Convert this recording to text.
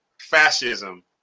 fascism